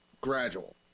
gradual